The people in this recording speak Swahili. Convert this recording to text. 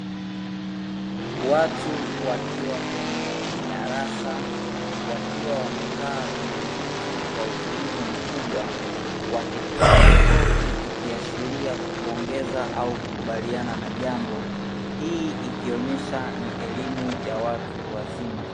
Watu wakiwa kwenye darasa wakiwa wamekaa kwenye viti kwa utulivu mkubwa, wakipiga makofi ikiashiria kupongeza au kukubaliana na jambo. Hii ikionyesha ni elimu ya watu wazima.